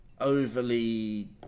overly